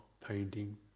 painting